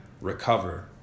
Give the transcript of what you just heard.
recover